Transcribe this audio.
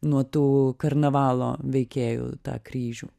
nuo tų karnavalo veikėjų tą kryžių